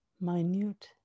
minute